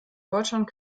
deutschland